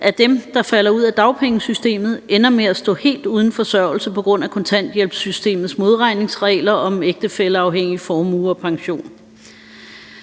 af dem, der falder ud af dagpengesystemet, ender med at stå helt uden forsørgelse på grund af kontanthjælpssystemets modregningsregler om ægtefælleafhængig formue og pension.